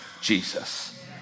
Jesus